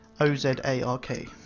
O-Z-A-R-K